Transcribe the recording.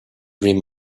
dream